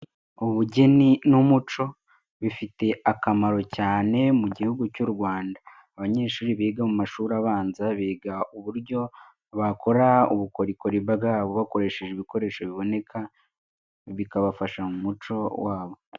Ubugeni n'umuco bifite akamaro cyane mu gihugu cy'u Rwanda. Abanyeshuri biga mu mashuri abanza, biga uburyo bakora ubukorikori bwabo bakoresheje ibikoresho biboneka, bikabafasha mu muco wabo.